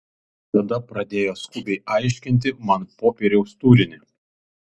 tada pradėjo skubiai aiškinti man popieriaus turinį